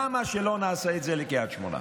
למה שלא נעשה את זה לקריית שמונה?